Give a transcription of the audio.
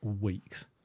weeks